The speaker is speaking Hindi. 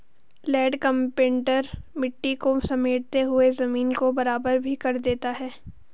लैंड इम्प्रिंटर मिट्टी को समेटते हुए जमीन को बराबर भी कर देता है